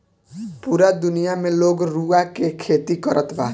पूरा दुनिया में लोग रुआ के खेती करत बा